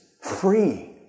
free